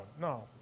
No